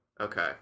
Okay